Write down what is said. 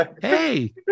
Hey